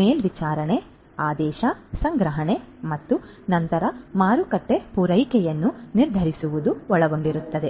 ಮೇಲ್ವಿಚಾರಣೆ ಆದೇಶ ಸಂಗ್ರಹಣೆ ಮತ್ತು ನಂತರ ಮಾರಾಟಕ್ಕೆ ಪೂರೈಕೆಯನ್ನು ನಿರ್ಧರಿಸುವುದು ಒಳಗೊಂಡಿರುತ್ತದೆ